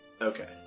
Okay